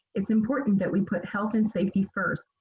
it's important that we put health and safety first,